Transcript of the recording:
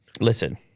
Listen